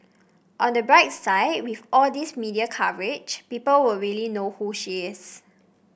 on the bright side with all these media coverage people will really know who she is